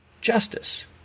justice